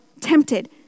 tempted